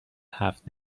هفت